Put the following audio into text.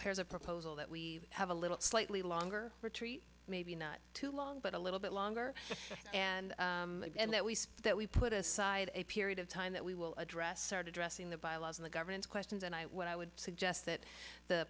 here's a proposal that we have a little slightly longer retreat maybe not too long but a little bit longer and and that we see that we put aside a period of time that we will address start addressing the byelaws of the governance questions and what i would suggest that the